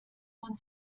man